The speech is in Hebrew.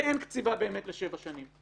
ואין באמת קציבה לשבע שנים.